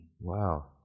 Wow